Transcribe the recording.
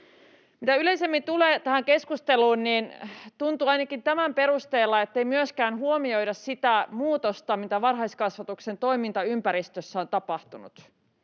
tähän keskusteluun, niin tuntuu ainakin tämän perusteella, ettei myöskään huomioida sitä muutosta, mitä varhaiskasvatuksen toimintaympäristössä on tapahtunut.